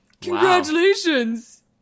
Congratulations